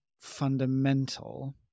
fundamental